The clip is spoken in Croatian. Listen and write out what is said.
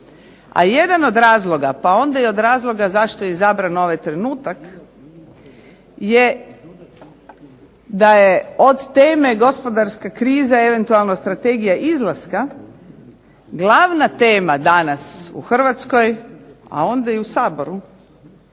A jedan od razloga pa onda i od razloga zašto je izabran ovaj trenutak je da je od teme gospodarske krize eventualno strategija izlaska glavna tema danas u Hrvatskoj, a onda i u Saboru,